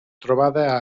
trobada